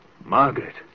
Margaret